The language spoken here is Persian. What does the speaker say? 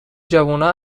جوونا